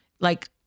like-